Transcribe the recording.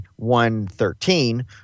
1.13